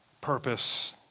purpose